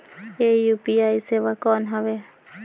ये यू.पी.आई सेवा कौन हवे?